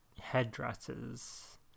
headdresses